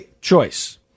choice